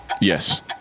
Yes